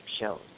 shows